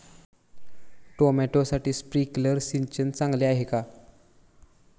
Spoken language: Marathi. टोमॅटोसाठी स्प्रिंकलर सिंचन चांगले आहे का?